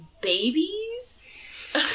babies